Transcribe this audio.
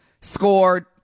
Scored